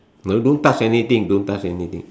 no don't touch anything don't touch anything